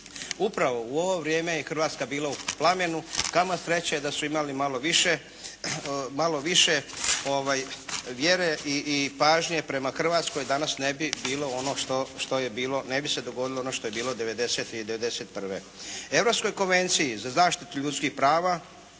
Upravo u ovo vrijeme je Hrvatska bila u plamenu. Kamo sreće da su imali malo više vjere i pažnje prema Hrvatskoj, danas ne bi bilo ono što je bilo, ne bi se dogodilo ono što je bilo '90. i '91. Europskoj konvenciji za zaštitu ljudskih prava